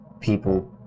people